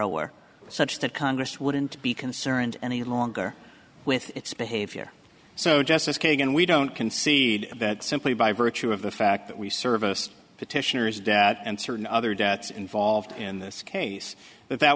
r such that congress wouldn't be concerned any longer with its behavior so just as kagan we don't concede that simply by virtue of the fact that we service petitioners debt and certain other debts involved in this case that that